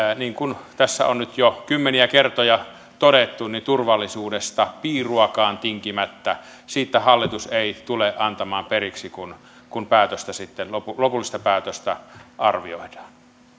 niin kuin tässä on nyt jo kymmeniä kertoja todettu turvallisuudesta piiruakaan tinkimättä siitä hallitus ei tule antamaan periksi kun kun lopullista päätöstä sitten arvioidaan